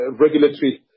regulatory